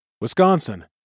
Wisconsin